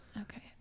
Okay